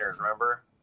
remember